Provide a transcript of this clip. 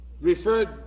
referred